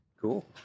Cool